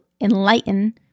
enlighten